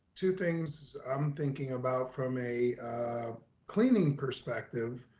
two things i'm thinking about from a cleaning perspective,